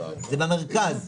זה במרכז.